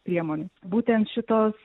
priemonių būtent šitos